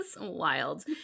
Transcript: wild